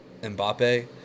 Mbappe